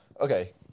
okay